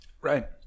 Right